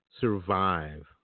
survive